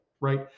right